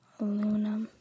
aluminum